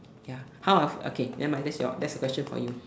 ya how of okay never mind that's your that your question for you